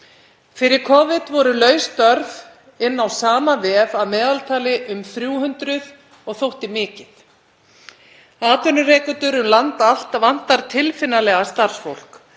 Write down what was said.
Fyrir Covid voru laus störf inni á sama vef að meðaltali um 300 og þótti mikið. Atvinnurekendur um land allt vantar tilfinnanlega starfsfólk